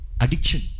Addiction